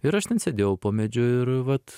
ir aš ten sėdėjau po medžiu ir vat